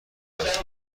است